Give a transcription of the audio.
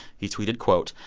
he tweeted, quote,